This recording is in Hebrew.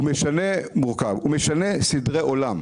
הוא משנה סדרי עולם.